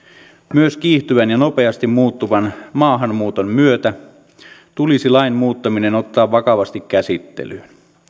myös kiihtyvän ja nopeasti muuttuvan maahanmuuton myötä tulisi lain muuttaminen ottaa vakavasti käsittelyyn